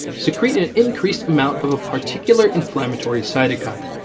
secrete an increased amount of a particular inflammatory cytokine.